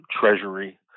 treasury